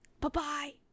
Bye-bye